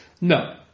No